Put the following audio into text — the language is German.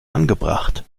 angebracht